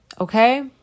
Okay